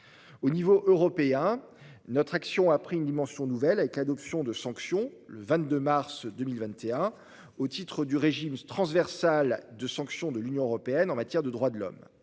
Au niveau européen, notre action a pris une dimension nouvelle avec l'adoption de sanctions, le 22 mars 2021, au titre du régime transversal de sanctions de l'Union européenne en matière de droits de l'homme.